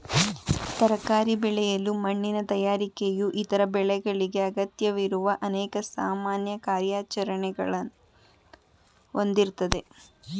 ತರಕಾರಿ ಬೆಳೆಯಲು ಮಣ್ಣಿನ ತಯಾರಿಕೆಯು ಇತರ ಬೆಳೆಗಳಿಗೆ ಅಗತ್ಯವಿರುವ ಅನೇಕ ಸಾಮಾನ್ಯ ಕಾರ್ಯಾಚರಣೆಗಳನ್ನ ಹೊಂದಿರ್ತದೆ